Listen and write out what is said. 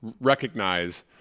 recognize